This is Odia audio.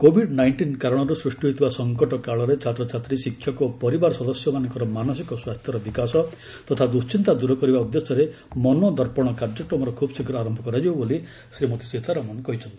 କୋଭିଡ୍ ନାଇଷ୍ଟିନ୍ କାରଣରୁ ସୃଷ୍ଟି ହୋଇଥିବା ସଂକଟ କାଳରେ ଛାତ୍ରଛାତ୍ରୀ ଶିକ୍ଷକ ଓ ପରିବାର ସଦସ୍ୟମାନଙ୍କର ମାନସିକ ସ୍ୱାସ୍ଥ୍ୟର ବିକାଶ ତଥା ଦୃଷ୍ଟିନ୍ତା ଦୂର କରିବା ଉଦ୍ଦେଶ୍ୟରେ 'ମନୋଦର୍ପଶ' କାର୍ଯ୍ୟକ୍ରମର ଖୁବ୍ଶୀଘ୍ର ଆରମ୍ଭ କରାଯିବ ବୋଲି ଶ୍ରୀମତୀ ସୀତାରମଣ କହିଛନ୍ତି